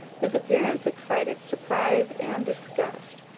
whose appearance excited surprise and disgust,